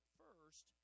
first